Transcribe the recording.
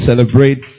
celebrate